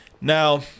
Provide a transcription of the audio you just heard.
Now